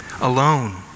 alone